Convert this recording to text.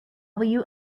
live